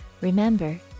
Remember